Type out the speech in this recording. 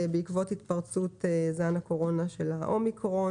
בעקבות התפרצות זן הקורונה של האומיקרון.